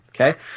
okay